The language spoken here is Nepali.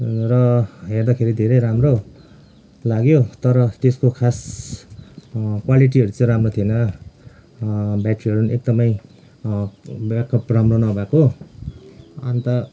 र हेर्दाखेरि धेरै राम्रो लाग्यो तर त्यसको खास क्वालिटीहरू चाहिँ राम्रो थिएन ब्याट्रीहरू पनि एकदमै ब्याकअप राम्रो नभएको अन्त